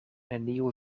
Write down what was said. neniu